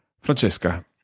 Francesca